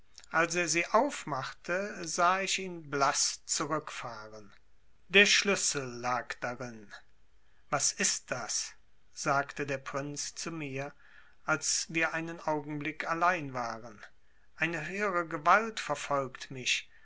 als er sie aufmachte sah ich ihn blaß zurückfahren da schlüssel lag darin was ist das sagte der prinz zu mir als wir einen augenblick allein waren eine höhere gewalt verfolgt mich